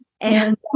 And-